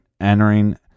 entering